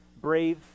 brave